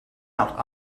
out